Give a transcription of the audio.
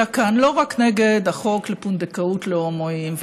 כאן לא רק נגד החוק לפונדקאות להומואים,